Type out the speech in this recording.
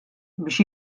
biex